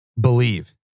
believe